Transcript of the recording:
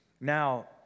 Now